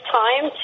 time